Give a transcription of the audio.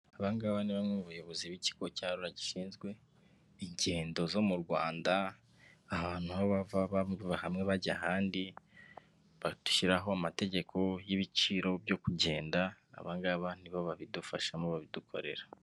Abangaba ni bamwe mu bayobozi b'ikigo cya rura gishinzwe ingendo zo mu Rwanda; ahantu haba hava abantu bajya ahandi, bashyiraho amategeko y'ibiciro byo kugenda. Abangaba ni bo babidufashamo babidukorera.